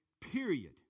period